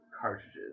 cartridges